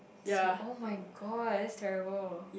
so [oh]-my-god that's terrible